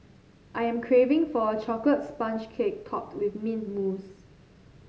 I am craving for a chocolate sponge cake topped with mint mousse